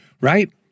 right